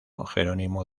jerónimo